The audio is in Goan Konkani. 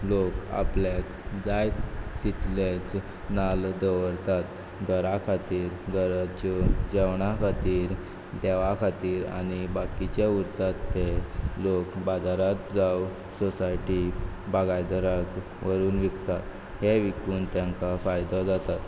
लोक आपल्याक जाय तितलेच नाल्ल दवरतात घरा खातीर घराच्यो जेवणा खातीर देवा खातीर आनी बाकिचे उरतात ते लोक बाजारात जावं सोसायटीक बागायदराक व्हरून विकतात हे विकून तेंकां फायदो जातात